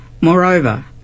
Moreover